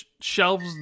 shelves